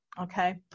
Okay